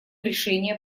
решение